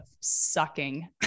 sucking